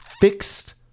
fixed